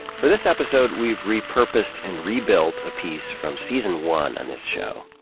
for this episode, we've repurposed and rebuilt a piece from season one on this show.